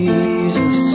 Jesus